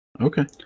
Okay